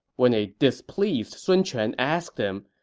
when a displeased sun quan asked him,